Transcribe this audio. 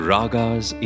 Ragas